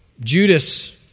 Judas